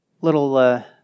little